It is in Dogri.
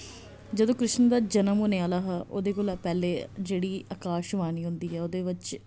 जदूं कृष्ण दा जन्म होने आह्ला हा ओह्दे कोला पैह्ले जेह्ड़ी आकाशवाणी होंदी ऐ ओह्दे बिच